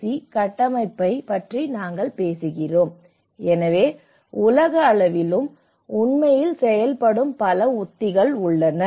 C கட்டமைப்பைப் பற்றி நாங்கள் பேசுகிறோம் எனவே உலக அளவிலும் உண்மையில் செயல்படும் பல உத்திகள் உள்ளன